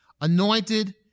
anointed